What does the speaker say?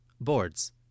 Boards